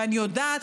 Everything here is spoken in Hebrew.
ואני יודעת,